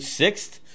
sixth